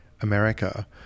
america